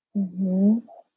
mmhmm